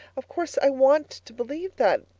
of course i want to believe that!